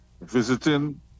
visiting